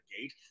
gate